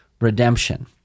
redemption